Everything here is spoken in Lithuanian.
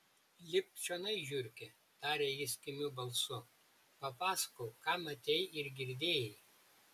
lipk čionai žiurke tarė jis kimiu balsu papasakok ką matei ir girdėjai